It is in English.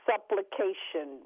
Supplication